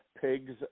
pigs